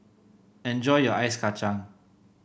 enjoy your Ice Kacang